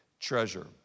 Treasure